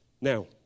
Now